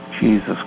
Jesus